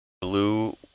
Blue